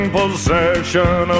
possession